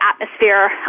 atmosphere